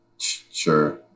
sure